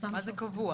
מה זה קבוע?